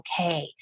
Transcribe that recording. okay